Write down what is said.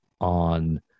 on